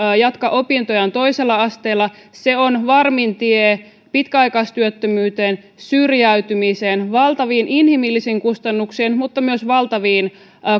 jatka opintojaan toisella asteella se on varmin tie pitkäaikaistyöttömyyteen syrjäytymiseen valtaviin inhimillisiin kustannuksiin mutta myös valtaviin